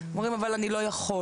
הם אומרים אבל אני לא יכול.